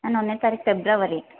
ನಾನು ಒಂದನೇ ತಾರೀಕು ಫೆಬ್ರವರಿ